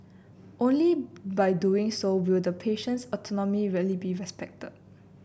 only by doing so will the patient's autonomy really be respected